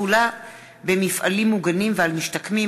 (תחולה במפעלים מוגנים ועל משתקמים),